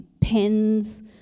pens